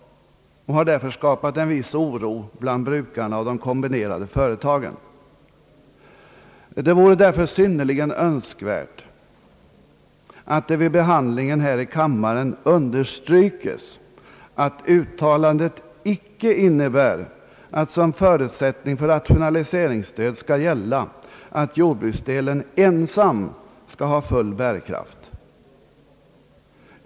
En viss oro bland brukarna av de kombinerade företagen har därmed uppstått. Det vore därför synnerligen önskvärt att vid behandlingen här i kammaren understrykes, att uttalandet icke innebär att som förutsättning för rationaliseringsstöd skall gälla, att jordbruksdelen ensam har full bärkraft.